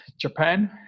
Japan